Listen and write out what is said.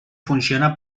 funciona